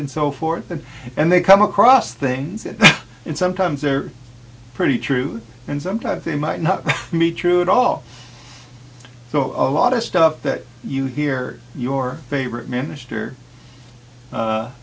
in so forth and and they come across things and sometimes they're pretty true and sometimes they might not be true at all so a lot of stuff that you hear your favorite minister